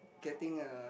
getting a